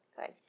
Good